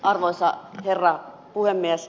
arvoisa herra puhemies